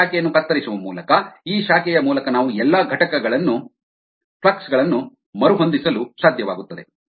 ಈ ಶಾಖೆಯನ್ನು ಕತ್ತರಿಸುವ ಮೂಲಕ ಈ ಶಾಖೆಯ ಮೂಲಕ ನಾವು ಎಲ್ಲಾ ಫ್ಲಕ್ಸ್ ಗಳನ್ನು ಮರುಹೊಂದಿಸಲು ಸಾಧ್ಯವಾಗುತ್ತದೆ